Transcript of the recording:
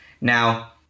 Now